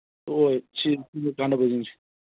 ꯍꯣꯏ ꯁꯤ ꯀꯥꯟꯅꯕꯁꯤꯡꯁꯦ